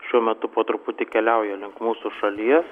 šiuo metu po truputį keliauja link mūsų šalies